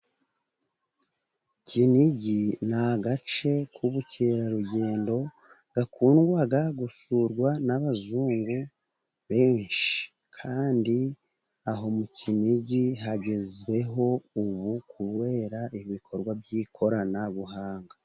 Kinigi ni agace k'ubukerarugendo, gakundwa gusurwa n'abazungu benshi, kandi aho mu Kinigi hagezweho, ubu kubera ibikorwa by'ikoranabuhanga.